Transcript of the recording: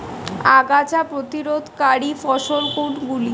আগাছা প্রতিরোধকারী ফসল কোনগুলি?